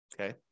Okay